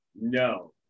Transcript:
No